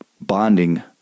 bonding